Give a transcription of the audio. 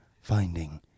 Finding